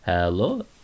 Hello